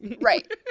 Right